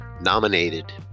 nominated